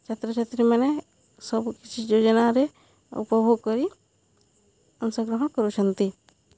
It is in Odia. ଛାତ୍ରଛାତ୍ରୀମାନେ ସବୁ କିଛି ଯୋଜନାରେ ଉପଭୋଗ କରି ଅଂଶଗ୍ରହଣ କରୁଛନ୍ତି